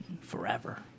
forever